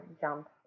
jump